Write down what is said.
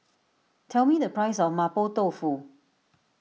tell me the price of Mapo Tofu